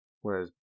whereas